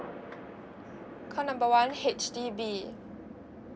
call number one H_D_B